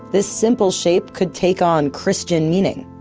this simple shape could take on christian meaning.